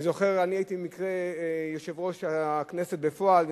אני זוכר, אני הייתי במקרה יושב-ראש הכנסת בפועל.